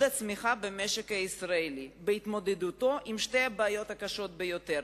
הצמיחה במשק הישראלי בהתמודדותו עם שתי הבעיות הקשות ביותר: